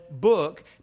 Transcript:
book